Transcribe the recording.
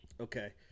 Okay